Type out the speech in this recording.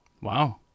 Wow